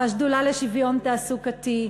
והשדולה לשוויון תעסוקתי,